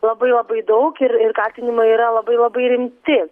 labai labai daug ir ir kaltinimai yra labai labai rimti